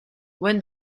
when